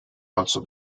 also